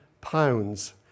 pounds